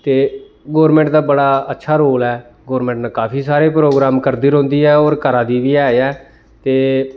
ते गोरमेंट दा बड़ा अच्छा रोल ऐ गोरमैंट ने काफी सारे प्रोग्राम करदी रौंहदी ऐ होर करा दी बी है ऐ ते